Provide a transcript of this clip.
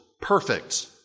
perfect